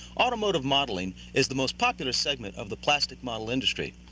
automotive modeling is the most popular segment of the plastic model industry.